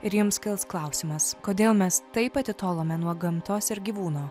ir jums kils klausimas kodėl mes taip atitolome nuo gamtos ir gyvūno